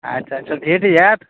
अच्छा अच्छा भेट जायत